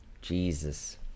Jesus